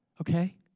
Okay